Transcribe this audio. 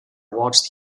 watched